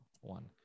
one